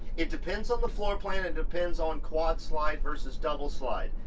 it depends on the floorplan, it depends on quad slide versus double slide,